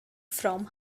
from